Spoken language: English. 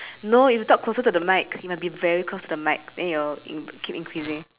no if you talk closer to the mic you must be very close to the mic then it will in keep increasing